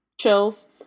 chills